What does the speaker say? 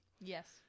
Yes